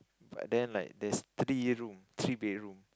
but then like there's three room three bedroom